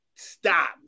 stop